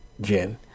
Jen